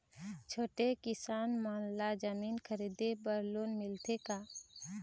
छोटे किसान मन ला जमीन खरीदे बर लोन मिलथे का?